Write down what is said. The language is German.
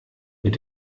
mit